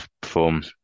perform